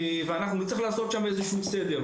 ואנחנו נצטרך לעשות שם איזה שהוא סדר,